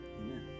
Amen